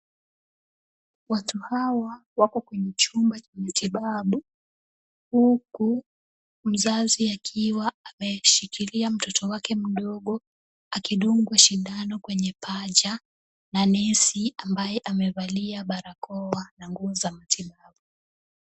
Watu hawa wako kwenye chumba cha matibabu huku mzazi akiwa amemshikilia mtoto wake mdogo akidungwa sindano kwenye paja na nesi ambaye amevalia barakoa na nguo za matibabu.